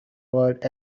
word